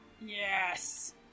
Yes